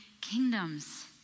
kingdoms